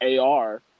AR